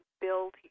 build